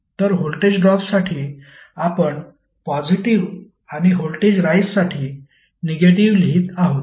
तर व्होल्टेज ड्रॉपसाठी आपण पॉजिटीव्ह आणि व्होल्टेज राइझ साठी निगेटिव्ह लिहित आहोत